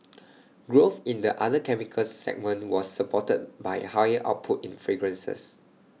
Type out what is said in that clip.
growth in the other chemicals segment was supported by higher output in fragrances